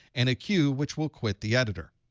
and a q, which will quit the editor.